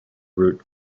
route